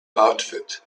outfit